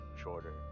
shorter